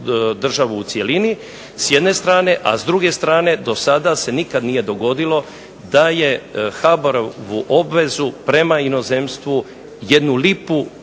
državu u cjelini, s jedne strane, a s druge strane nikada se nije dogodilo da je HBOR-ovu obvezu prema inozemstvu jednu lipu